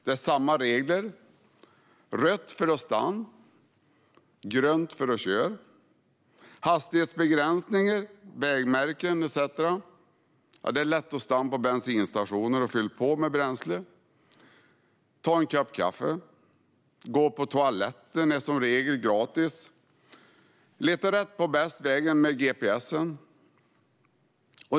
Det är samma regler, rött för att stanna, grönt för att köra, hastighetsbegränsningar, vägmärken etcetera. Det är lätt att stanna på bensinstationer och fylla på med bränsle eller ta en kopp kaffe, och att gå på toaletten är som regel gratis. Man letar rätt på bästa vägen med gps.